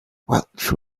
welch